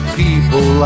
people